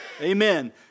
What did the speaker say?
Amen